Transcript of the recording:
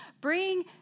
Bring